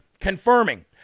confirming